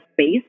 space